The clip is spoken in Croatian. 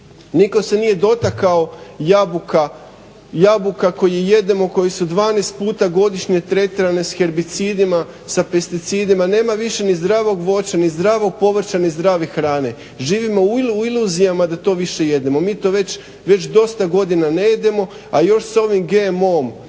Nitko se nije dotakao jabuka koje jedemo koje su 12 puta godišnje tretirane s herbicidima, s pesticidima, nema više ni zdravog voća ni zdravog povrća ni zdrave hrane. Živimo u iluzijama da to više jedemo. Mi to već dosta godina ne jedemo a još s ovim GMO-om